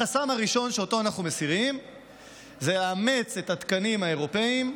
החסם הראשון שאותו אנחנו מסירים זה לאמץ את התקנים האירופיים,